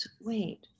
Wait